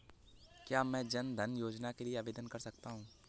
क्या मैं जन धन योजना के लिए आवेदन कर सकता हूँ?